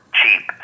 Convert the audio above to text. cheap